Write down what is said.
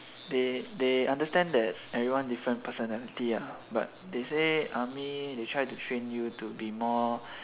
they they understand that everyone different personality but they say army there try to train you to be more